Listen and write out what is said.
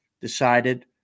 decided